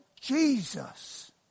Jesus